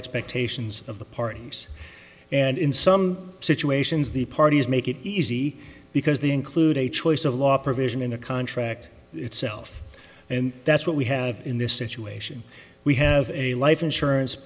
expectations of the parties and in some situations the parties make it easy because they include a choice of law provision in the contract itself and that's what we have in this situation we have a life insurance